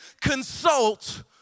Consult